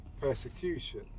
persecution